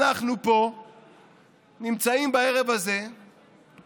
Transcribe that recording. אנחנו פה נמצאים בערב הזה בסיטואציה